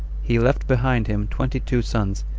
he left behind him twenty-two sons,